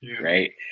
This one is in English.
Right